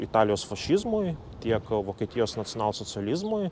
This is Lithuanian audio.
italijos fašizmui tiek vokietijos nacionalsocializmui